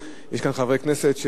יש כאן חברי כנסת,